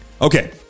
Okay